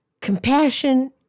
Compassion